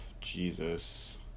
Jesus